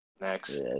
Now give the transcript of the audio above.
next